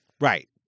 Right